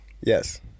Yes